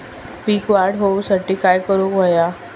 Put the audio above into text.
पीक वाढ होऊसाठी काय करूक हव्या?